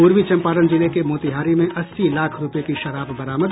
पूर्वी चम्पारण जिले के मोतिहारी में अस्सी लाख रूपये की शराब बरामद